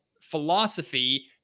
philosophy